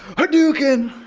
hadouken!